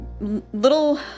little